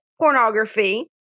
pornography